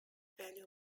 value